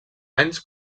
anys